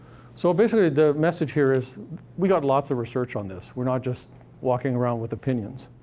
so basically, the message here is we've got lots of research on this. we're not just walking around with opinions.